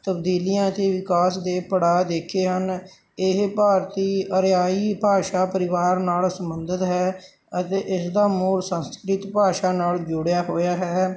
ਤਬਦੀਲੀਆਂ ਅਤੇ ਵਿਕਾਸ ਦੇ ਪੜਾਅ ਦੇਖੇ ਹਨ ਇਹ ਭਾਰਤੀ ਆਰਿਆਈ ਭਾਸ਼ਾ ਪਰਿਵਾਰ ਨਾਲ ਸੰਬੰਧਿਤ ਹੈ ਅਤੇ ਇਸ ਦਾ ਮੂਲ ਸੰਸਕ੍ਰਿਤ ਭਾਸ਼ਾ ਨਾਲ ਜੁੜਿਆ ਹੋਇਆ ਹੈ